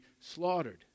slaughtered